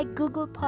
Google